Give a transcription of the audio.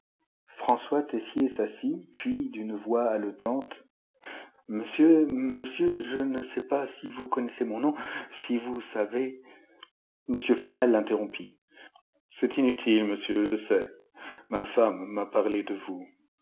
françois tessier s'assit puis d'une voix haletante monsieur monsieur je ne sais pas si vous connaissez mon nom si vous savez m flamel l'interrompit c'est inutile monsieur je sais ma femme m'a parlé de vous